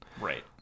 Right